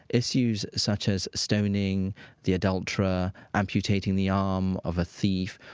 issues such as stoning the adulterer, amputating the arm of a thief,